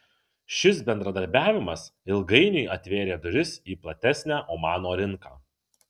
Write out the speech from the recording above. šis bendradarbiavimas ilgainiui atvėrė duris į platesnę omano rinką